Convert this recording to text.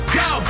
go